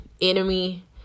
enemy